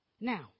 Now